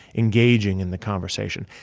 engaging in the conversation.